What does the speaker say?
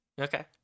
Okay